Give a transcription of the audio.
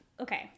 Okay